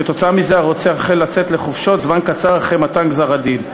כתוצאה מזה הרוצח החל לצאת לחופשות זמן קצר אחרי מתן גזר-הדין.